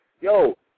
yo